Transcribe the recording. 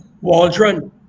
Waldron